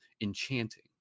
enchanting